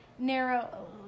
narrow